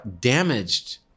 damaged